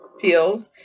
pills